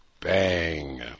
Bang